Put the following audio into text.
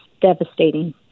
devastating